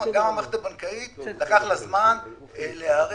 גם למערכת הבנקאית לקח זמן להיערך.